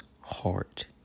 Heart